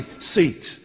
seat